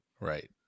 Right